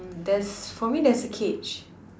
there's for me there's a cage